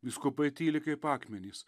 vyskupai tyli kaip akmenys